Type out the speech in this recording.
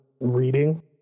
reading